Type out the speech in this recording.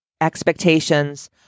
expectations